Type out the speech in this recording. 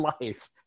life